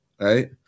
Right